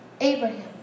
Abraham